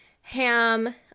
ham